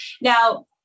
Now